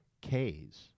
K's